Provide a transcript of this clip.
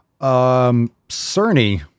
Cerny